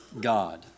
God